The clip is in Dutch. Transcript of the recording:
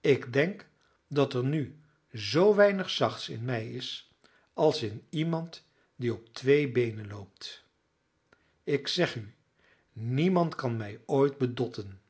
ik denk dat er nu zoo weinig zachts in mij is als in iemand die op twee beenen loopt ik zeg u niemand kan mij ooit bedotten